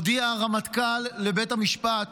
הודיע הרמטכ"ל לבית המשפט